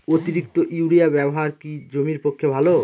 অতিরিক্ত ইউরিয়া ব্যবহার কি জমির পক্ষে ভালো?